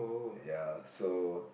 ya so